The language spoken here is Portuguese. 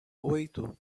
oito